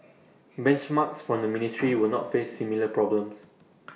benchmarks from the ministry will not face similar problems